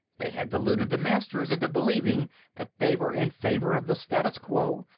they had deluded the masters into believing that they were in favor of the status quo,